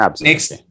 next